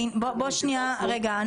רשימה --- רגע,